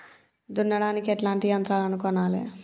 దున్నడానికి ఎట్లాంటి యంత్రాలను కొనాలే?